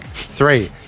Three